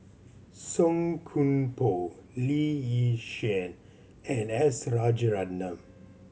Song Koon Poh Lee Yi Shyan and S Rajaratnam